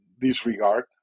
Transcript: disregard